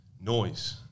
noise